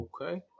okay